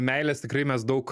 meilės tikrai mes daug